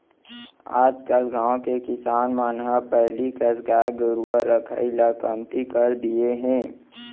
आजकल गाँव के किसान मन ह पहिली कस गाय गरूवा रखाई ल कमती कर दिये हें